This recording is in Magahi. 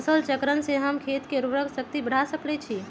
फसल चक्रण से हम खेत के उर्वरक शक्ति बढ़ा सकैछि?